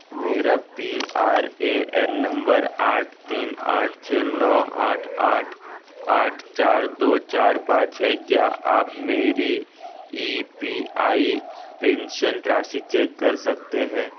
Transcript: मेरा P R A N number आठ तीन आठ छः नौ आठ आठ आठ चार दो चार पाँच है क्या आप मेरी ई पी आई पेंशन राशि चेक कर सकते है